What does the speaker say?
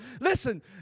listen